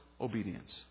obedience